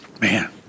Man